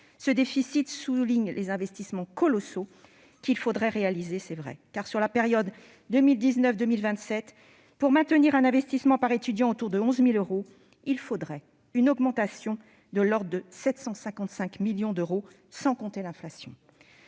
Ce déficit souligne les investissements colossaux qu'il faudrait réaliser. Sur la période 2019-2027, pour maintenir un investissement par étudiant autour de 11 000 euros, il faudrait une augmentation de l'ordre de 755 millions d'euros, sans compter l'inflation.